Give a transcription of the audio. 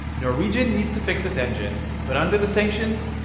norwegian needs to fix its engine. but under the sanctions,